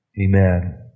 Amen